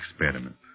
experiment